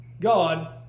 God